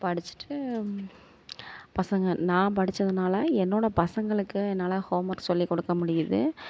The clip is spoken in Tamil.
படிச்சிட்டு பசங்க நான் படிச்சதுனால் என்னோடய பசங்களுக்கு என்னால் ஹோம் ஒர்க் சொல்லிக்கொடுக்க முடியிது